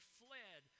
fled